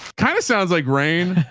kind of sounds like rain,